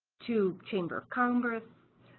to chamber of congress